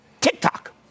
TikTok